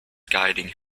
guiding